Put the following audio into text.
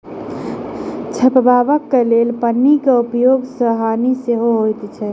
झपबाक लेल पन्नीक उपयोग सॅ हानि सेहो होइत अछि